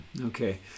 okay